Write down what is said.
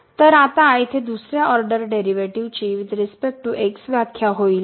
तर आता येथे दुसऱ्या ऑर्डर डेरीवेटीव ची वुईथ रिस्पेक्ट टू व्याख्या होईल